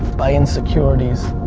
by insecurities